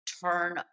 turn